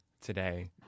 today